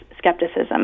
skepticism